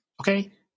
Okay